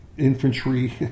Infantry